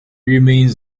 remains